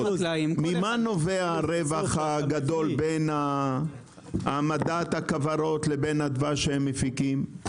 ממה נובע הרווח הגדול בין העמדת הכוורות לבין הדבש שהם מפיקים?